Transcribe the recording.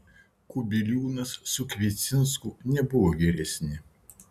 kubiliūnas su kviecinsku nebuvo geresni